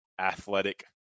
athletic